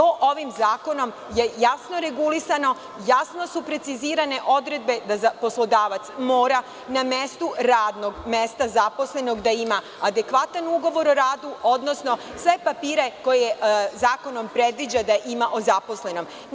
To je ovim zakonom jasno regulisano, jasno su precizirane odredbe da poslodavac mora na mestu radnog mesta zaposlenog da ima adekvatan ugovor o radu, odnosno sve papire koje zakonom predviđa da ima o zaposlenom.